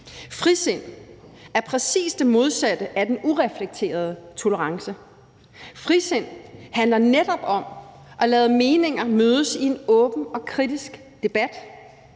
Frisind er præcis det modsatte af den ureflekterede tolerance. Frisind handler netop om at lade meninger mødes i åben og kritisk debat,